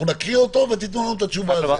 נקריא אותו ותיתנו לנו תשובה.